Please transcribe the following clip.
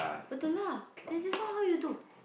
betul lah then just now how you do